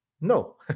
No